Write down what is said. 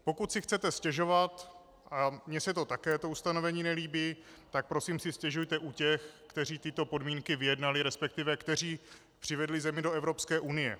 Pokud si chcete stěžovat, a mně se také to ustanovení nelíbí, tak si prosím stěžujte u těch, kteří tyto podmínky vyjednali, resp. kteří přivedli zemi do Evropské unie.